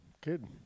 good